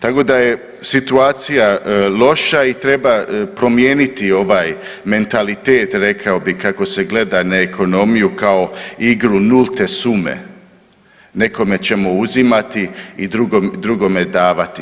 Tako da je situacija loša i treba promijeniti ovaj mentalitet rekao bih kako se gleda na ekonomiju kao igru nulte sume, nekome ćemo uzimati i drugome davati.